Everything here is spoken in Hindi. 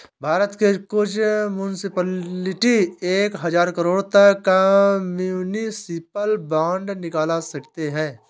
भारत के कुछ मुन्सिपलिटी एक हज़ार करोड़ तक का म्युनिसिपल बांड निकाल सकते हैं